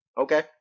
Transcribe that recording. Okay